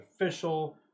official